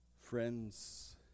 Friends